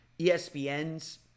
ESPN's